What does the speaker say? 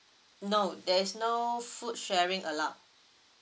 no there is no food sharing allowed